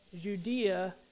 Judea